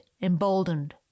emboldened